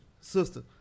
sister